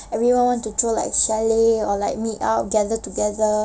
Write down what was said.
everyone want to throw like chalet or like meet up to gather together